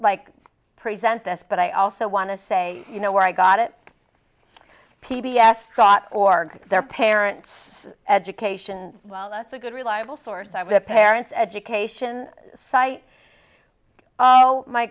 like present this but i also want to say you know where i got it p b s dot org their parents education well that's a good reliable source as the parents education site oh my